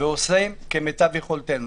ועושה כמיטב יכולתי.